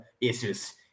issues